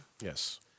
Yes